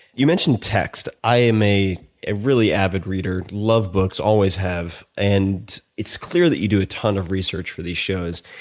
you mentioned text. i am a a really avid reader, love books, always have. and it's clear that you do a ton of research for these shows.